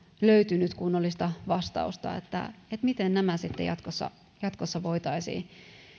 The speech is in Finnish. löytynyt kunnollista vastausta että miten nämä jatkossa jatkossa voitaisiin